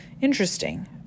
Interesting